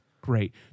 Great